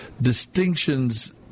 distinctions